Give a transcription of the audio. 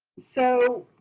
so